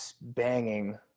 Banging